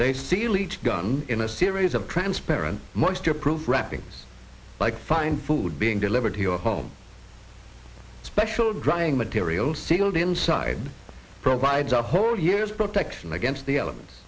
they seal each gun in a series of transparent moisture proof wrappings like fine food being delivered to your home special drying material sealed inside provides a whole year's protection against the elements